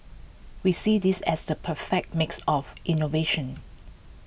we see this as the perfect mix of innovation